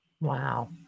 Wow